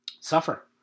Suffer